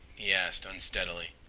he asked unsteadily.